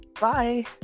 Bye